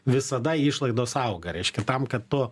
visada išlaidos auga reiškia tam kad tu